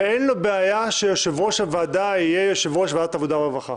ואין לו בעיה שיושב-ראש הוועדה יהיה יושב-ראש ועדת העבודה והרווחה.